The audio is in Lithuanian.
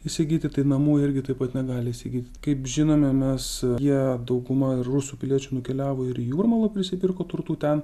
įsigyti tai namų irgi taip pat negali įsigyti kaip žinome mes jie dauguma rusų piliečių nukeliavo ir į jūrmalą prisipirko turtų ten